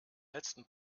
letzten